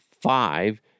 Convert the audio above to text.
five